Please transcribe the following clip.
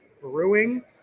Brewing